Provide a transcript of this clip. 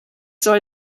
soll